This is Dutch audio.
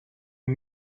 een